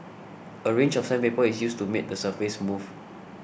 a range of sandpaper is used to make the surface smooth